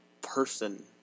person